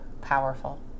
powerful